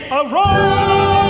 arose